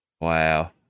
Wow